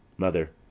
mother.